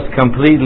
completely